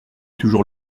toujours